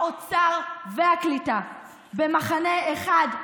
האוצר והקליטה במחנה אחד,